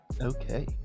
Okay